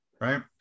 Right